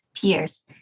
peers